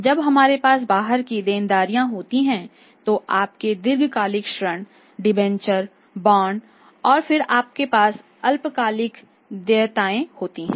जब हमारे पास बाहर की देनदारियां होती हैं तो आपके दीर्घकालिक ऋण डिबेंचर बॉन्ड और फिर आपके पास अल्पकालिक देयताएं होती हैं